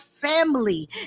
family